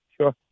Sure